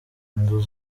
inzu